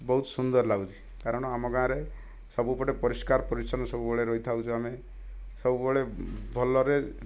ବହୁତ ସୁନ୍ଦର ଲାଗୁଛି କାରଣ ଆମ ଗାଁରେ ସବୁପଟେ ପରିଷ୍କାର ପରିଚ୍ଛନ୍ନ ସବୁବେଳେ ରହିଥାଉଛୁ ଆମ ସବୁବେଳେ ଭଲରେ